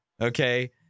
okay